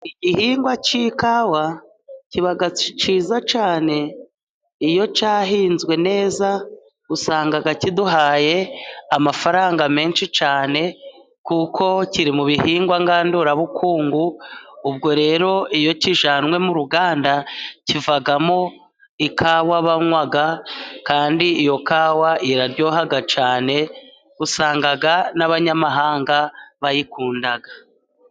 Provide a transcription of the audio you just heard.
Igihingwa cy'ikawa, kiba cyiza cyane, iyo cyahinzwe neza, usanga kiduhaye amafaranga menshi cyane, kuko kiri mu bihingwa ngandurabukungu, ubwo rero iyo kijyanywe m ruganda, kivamo ikawa banywa, kandi iyo kawa iraryoha cyane, usanga n'abanyamahanga bayikunda.